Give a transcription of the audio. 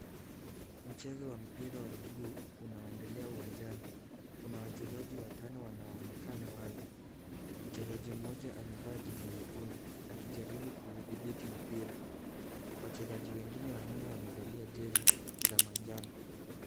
Mchezo wa mpira wa miguu unaoendelea uwanjani. Kuna wachezaji watano wanaoonekana wazi. Mchezaji mmoja amevaa jezi nyekundu akijaribu kuudhibiti mpira. Wachezaji wengine wanne wamevalia jezi za manjano .